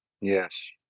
Yes